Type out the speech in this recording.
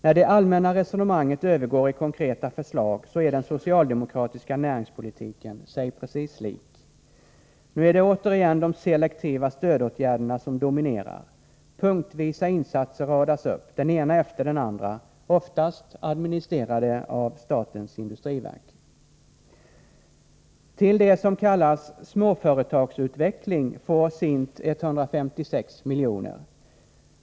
När det allmänna resonemanget övergår i konkreta förslag så är den socialdemokratiska näringspolitiken sig precis lik. Nu är det återigen de selektiva stödåtgärderna som dominerar. Punktvisa insatser radas upp, den ena efter den andra, oftast administrerade av statens industriverk. Till det som kallas Småföretagsutveckling får SIND 156 miljoner.